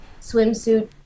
swimsuit